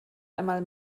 einmal